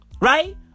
Right